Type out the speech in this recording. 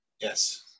Yes